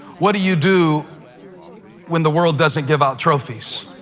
what do you do when the world doesn't give out trophies?